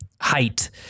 height